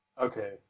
Okay